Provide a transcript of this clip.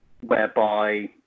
whereby